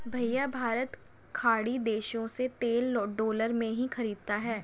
भैया भारत खाड़ी देशों से तेल डॉलर में ही खरीदता है